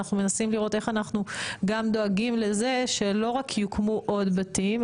איך אנחנו גם דואגים לזה שלא רק יוקמו עוד בתים,